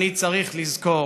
אני צריך לזכור",